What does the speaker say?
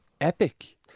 Epic